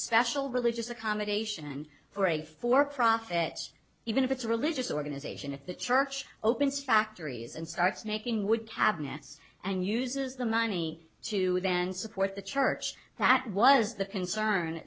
special religious accommodation for a for profit even if it's a religious organization if the church opens factories and starts making wood cabinets and uses the money to then support the church that was the concern